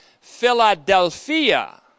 Philadelphia